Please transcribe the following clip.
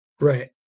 Right